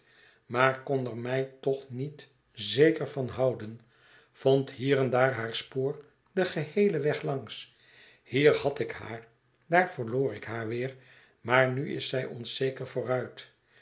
maar kon er mij toch niet zeker van houden vond hier en daar haar spoor den geheelen weg langs hier had ik haar daar verloor ik haar weer maar nu is zij ons zeker